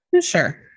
Sure